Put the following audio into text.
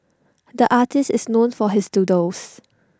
the artist is known for his doodles